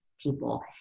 people